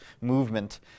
movement